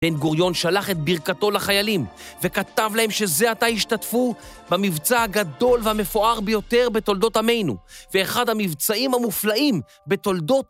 בן גוריון שלח את ברכתו לחיילים, וכתב להם שזה עתה השתתפו במבצע הגדול והמפואר ביותר בתולדות עמנו, ואחד המבצעים המופלאים בתולדות